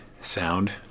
sound